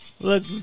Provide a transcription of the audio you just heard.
Look